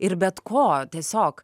ir bet ko tiesiog